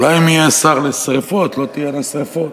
אולי אם יהיה שר לשרפות לא תהיינה שרפות.